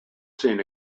seen